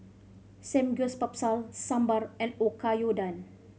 Samgyeopsal Sambar and Oyakodon